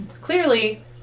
clearly